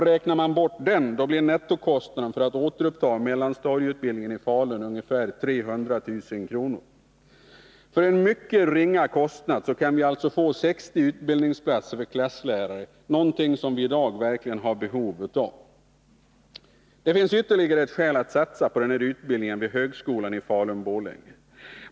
Räknar man bort den, blir nettokostnaden för att återuppta mellanstadielärarutbildningen i Falun ungefär 300 000 kr. För en mycket ringa kostnad kan vi alltså få 60 utbildningsplatser för klasslärare, något som vi i dag verkligen har behov av. Det finns ytterligare ett skäl att satsa på denna utbildning vid högskolan i Falun/Borlänge.